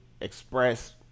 express